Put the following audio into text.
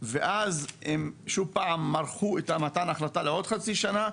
ואז הם עוד פעם מרחו את מתן ההחלטה לעוד חצי שנה,